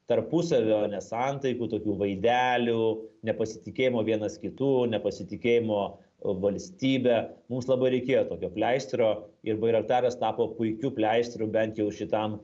tarpusavio nesantaikų tokių vaidelių nepasitikėjimo vienas kitu nepasitikėjimo valstybe mums labai reikėjo tokio pleistro ir bairaktaras tapo puikiu pleistru bent jau šitam